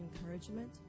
encouragement